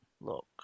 look